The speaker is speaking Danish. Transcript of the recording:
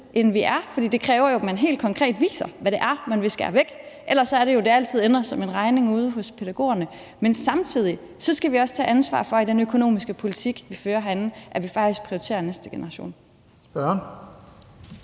end vi er, for det kræver jo, at man helt konkret viser, hvad det er, man vil skære væk – ellers er det, det altid ender som en regning ude hos pædagogerne. Men samtidig skal vi også i den økonomiske politik, vi fører herinde, tage ansvar for, at vi faktisk prioriterer næste generation.